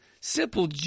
Simple